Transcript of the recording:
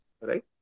right